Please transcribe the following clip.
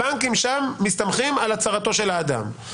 הבנקים שם מסתמכים על הצהרתו של האדם.